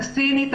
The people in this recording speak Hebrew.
הסינית,